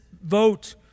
vote